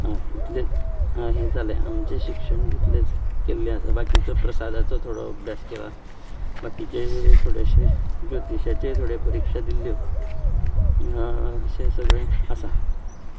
हय इतलेंच हें जालें आमचें शिक्षण तितलेंच केल्लें आसा बाकिचो प्रसादाचो थोडो अभ्यास केला बाकिचें थोडेशे ज्योतिशाचे थोड्यो परिक्षा दिल्ल्यो अशें सगळें आसा